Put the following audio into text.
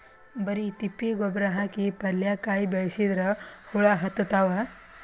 ಬರಿ ತಿಪ್ಪಿ ಗೊಬ್ಬರ ಹಾಕಿ ಪಲ್ಯಾಕಾಯಿ ಬೆಳಸಿದ್ರ ಹುಳ ಹತ್ತತಾವ?